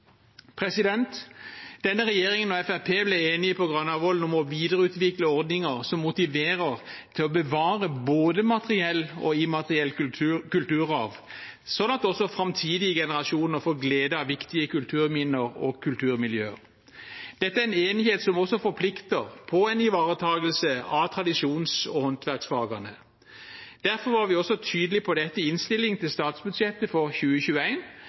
Denne regjeringen og Fremskrittspartiet ble på Granavolden enige om å videreutvikle ordninger som motiverer til å bevare både materiell og immateriell kulturarv, sånn at også framtidige generasjoner får glede av viktige kulturminner og kulturmiljøer. Dette er en enighet som også forplikter til en ivaretakelse av tradisjons- og håndverksfagene. Derfor var vi også tydelige på dette i innstillingen til statsbudsjettet for